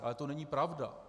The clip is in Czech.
Ale to není pravda.